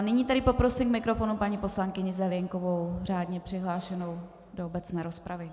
Nyní tedy poprosím k mikrofonu paní poslankyni Zelienkovou řádně přihlášenou do obecné rozpravy.